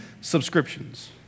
subscriptions